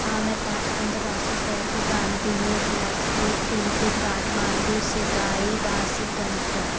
हाँ मैं पाँच अन्तर्राष्ट्रीय शहर को जानती हूँ गिलास्को ठिंकु काठमांडू सिकाई वासीकंटन